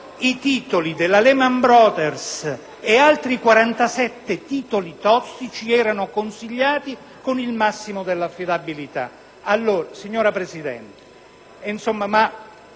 i titoli della Lehman Brothers ed altri 47 titoli "tossici" erano consigliati con il massimo dell'affidabilità.